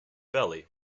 belly